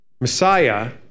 Messiah